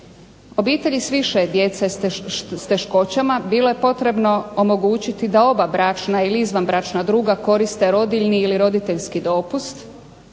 Obitelji s više djece s teškoćama bilo je potrebno omogućiti da oba bračna ili izvanbračna druga koriste rodilji ili roditeljski dopust,